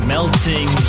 Melting